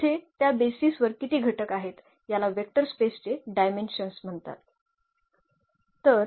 तर येथे त्या बेसीस वर किती घटक आहेत याला वेक्टर स्पेसचे डायमेन्शन्स म्हणतात